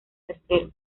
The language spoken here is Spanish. tercero